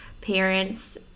parents